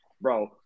Bro